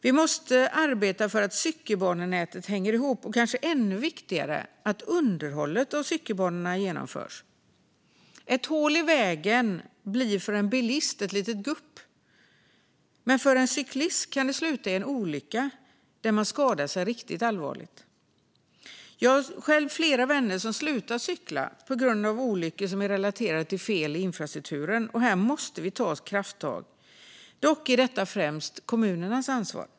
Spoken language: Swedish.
Vi måste arbeta för att cykelbanenätet ska hänga ihop och, kanske ännu viktigare, för att underhållet av cykelbanorna genomförs. Ett hål i vägen blir för en bilist ett litet gupp, men för en cyklist kan det sluta i en olycka där man skadar sig riktigt allvarligt. Jag har flera vänner som har slutat cykla på grund av olyckor som har varit relaterade till fel i infrastrukturen. Här måste vi ta krafttag. Dock är detta främst kommunernas ansvar.